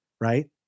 right